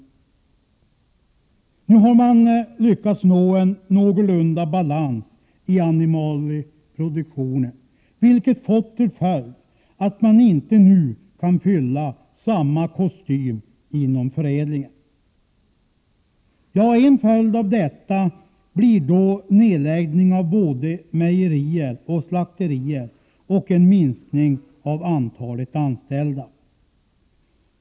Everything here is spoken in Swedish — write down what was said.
Man har nu lyckats uppnå någorlunda balans i animalieproduktionen, vilket har fått till följd att man i dag så att säga inte kan fylla samma kostym inom förädlingen. En följd av detta blir nedläggning av både mejerier och slakterier och en minskning av antalet anställda.